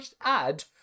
add